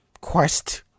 quest